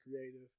creative